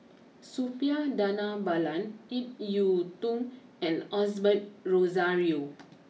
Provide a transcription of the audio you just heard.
Suppiah Dhanabalan Ip Yiu Tung and Osbert Rozario